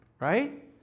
Right